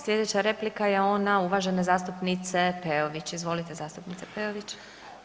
Sljedeća replika je ona uvažene zastupnice Peović, izvolite zastupnice Peović.